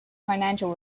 financial